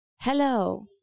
Hello